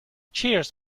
cheers